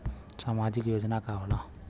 सामाजिक योजना का होला?